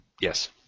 Yes